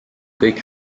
kõik